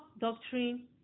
doctrine